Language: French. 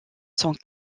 sont